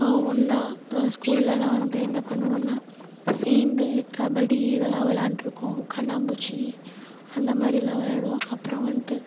ஒன்றா ஸ்கூல்லேலாம் வந்து என்ன பண்ணுவோனால் சேர்ந்து கபடி இதெலாம் விளையாண்ட்டுருக்கோம் கண்ணாம்பூச்சி அந்த மாதிரிலாம் விளையாடுவோம் அப்பறம் வந்துட்டு